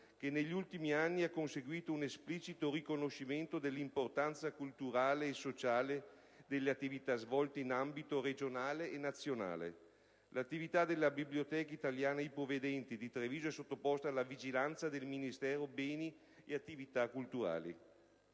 che negli ultimi anni ha conseguito un esplicito riconoscimento dell'importanza culturale e sociale delle attività svolte in ambito regionale e nazionale; l'attività della Biblioteca italiana per ipovedenti «B.B.I. Onlus» di Treviso è sottoposta alla vigilanza del Ministero beni e attività culturali;